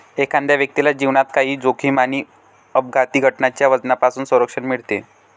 एखाद्या व्यक्तीला जीवनात काही जोखीम आणि अपघाती घटनांच्या वजनापासून संरक्षण मिळते